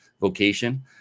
vocation